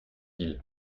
ils